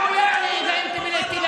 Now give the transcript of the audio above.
חבר הכנסת,